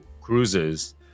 cruises